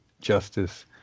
justice